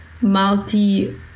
multi